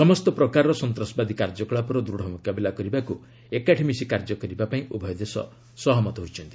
ସମସ୍ତ ପ୍ରକାରର ସନ୍ତାସବାଦୀ କାର୍ଯ୍ୟକଳାପର ଦୃଢ଼ ମୁକାବିଲା କରିବାକୁ ଏକାଠି ମିଶି କାର୍ଯ୍ୟ କରିବା ପାଇଁ ଉଭୟ ଦେଶ ସହମତ ହୋଇଛନ୍ତି